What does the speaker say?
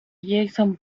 jason